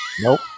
Nope